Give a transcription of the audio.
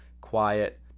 quiet